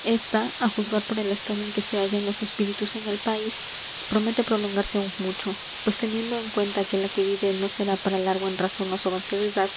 ésta á juzgar por el estado en que se hallan los espíritus en el país promete prolongarse aún mucho pues teniendo en cuenta que la que vive no será para largo en razón á su avanzada edad